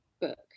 book